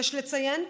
יש לציין,